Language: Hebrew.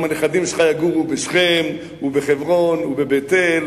גם הנכדים שלך יגורו בשכם ובחברון ובבית-אל,